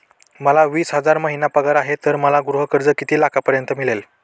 मला वीस हजार महिना पगार आहे तर मला गृह कर्ज किती लाखांपर्यंत मिळेल?